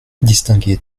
distinguer